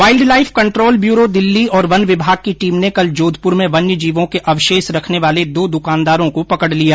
wild life control bureau Delhi और वन विभाग की टीम ने कल जोधपुर में वन्यजीवों के अवशेष रखने वाले दो दुकानदारों को पकड़ लिया